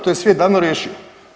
To je svijet davno riješio.